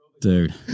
Dude